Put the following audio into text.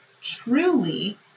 truly